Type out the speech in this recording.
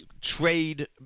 trade